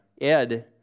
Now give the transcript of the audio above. Ed